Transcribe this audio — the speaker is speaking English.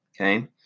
okay